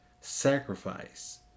sacrifice